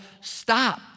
stop